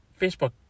Facebook